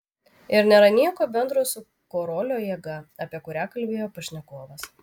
ir nėra nieko bendro su koriolio jėga apie kurią kalbėjo pašnekovas